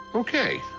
ok,